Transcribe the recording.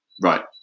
Right